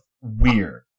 weird